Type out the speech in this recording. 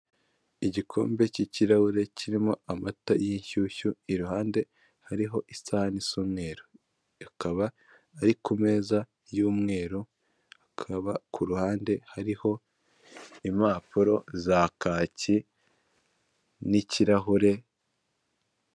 Igikombe k'ikirahure kirimo amata y'inshyushyu iruhande hariho isahani isa umweru akaba ari ku meza y'umweru akaba ku ruhande hariho impapuro za kaki n'ikirahure.